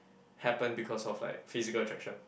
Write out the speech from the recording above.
happen because of like physical attraction